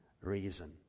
reason